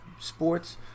sports